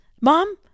Mom